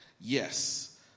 Yes